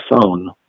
phone